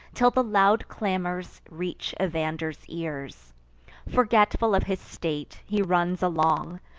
till the loud clamors reach evander's ears forgetful of his state, he runs along,